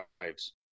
lives